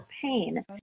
pain